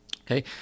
Okay